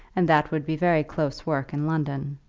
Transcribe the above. and that would be very close work in london.